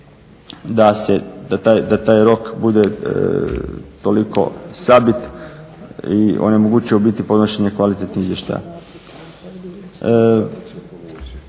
smisla da taj rok bude tolik sabit i onemogućuje u biti podnošenje kvalitetnog izvještaja.